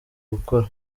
gukora